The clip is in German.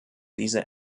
diese